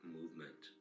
movement